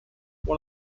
one